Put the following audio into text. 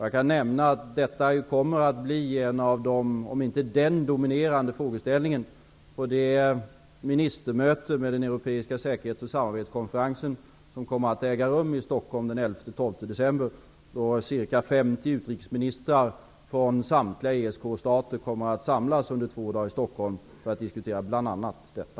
Jag kan nämna att detta kommer att bli den kanske dominerande frågeställningen vid det ministermöte med Europeiska säkerhets och samarbetskonferensen som kommer att äga rum i Stockholm den 11-12 ESK-stater kommer att samlas under två dagar här i Stockholm för att diskutera bl.a. detta.